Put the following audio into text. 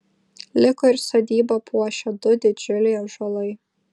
liko ir sodybą puošę du didžiuliai ąžuolai